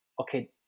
okay